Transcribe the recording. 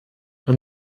man